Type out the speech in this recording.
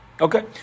Okay